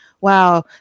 wow